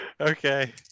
Okay